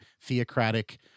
theocratic